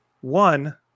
One